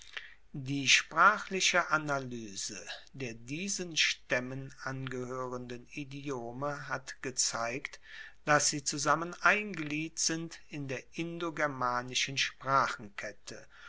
die sprachliche analyse der diesen staemmen angehoerenden idiome hat gezeigt dass sie zusammen ein glied sind in der indogermanischen